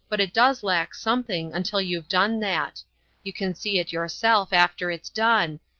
but it does lack something until you've done that you can see it yourself after it's done,